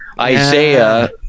Isaiah